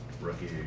rookie